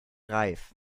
reif